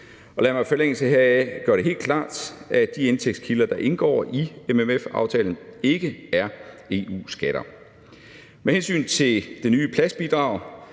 EU. Lad mig i forlængelse heraf gøre det helt klart, at de indtægtskilder, der indgår i MFF-aftalen, ikke er EU-skatter. Med hensyn til det nye pladsbidrag